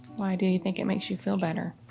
why do you think it makes you feel better?